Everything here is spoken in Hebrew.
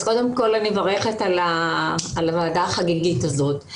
קודם כל אני מברכת על הוועדה החגיגית הזאת.